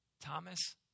Thomas